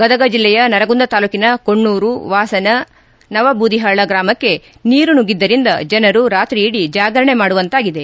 ಗದಗ ಜಿಲ್ಲೆಯ ನರಗುಂದ ತಾಲೂಕಿನ ಕೊಣ್ಣೂರು ವಾಸನ ನವ ಬೂದಿಹಾಳ ಗ್ರಾಮಕ್ಷೆ ನೀರು ಸುಗ್ಗಿದ್ದರಿಂದ ಜನರು ರಾತ್ರಿಯಿಡಿ ಜಾಗರಣೆ ಮಾಡುವಂತಾಗಿದೆ